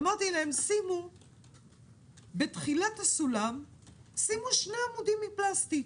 אמרתי להם: בתחילת הסולם שימו שני עמודים מפלסטיק.